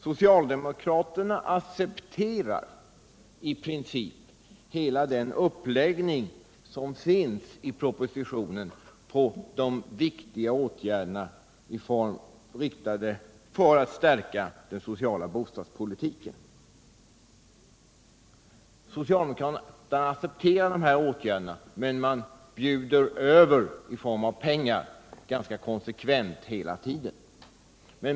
Socialdemokraterna accepterar i princip hela den uppläggning som redovisas i propositionen i fråga om viktiga åtgärder för att stärka den sociala bostadspolitiken. Socialdemokraterna accepterar dessa åtgärder men bjuder konsekvent hela tiden över i form av pengar.